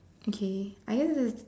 okay are you